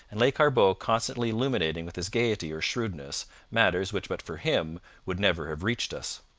and lescarbot constantly illuminating with his gaiety or shrewdness matters which but for him would never have reached us.